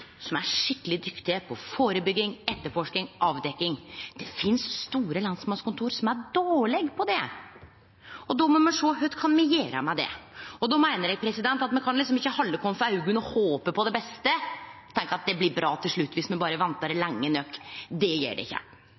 som er skikkeleg dyktige på førebygging, etterforsking, avdekking. Det finst store lensmannskontor som er dårlege på det, og då må me sjå på kva me kan gjere med det. Då meiner eg at me kan ikkje halde oss for augo og håpe på det beste og tenkje at det blir bra til slutt viss me berre ventar lenge nok. Det gjer det ikkje.